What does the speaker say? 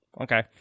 Okay